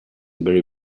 very